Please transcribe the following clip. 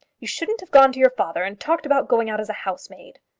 you shouldn't have gone to your father and talked about going out as a housemaid.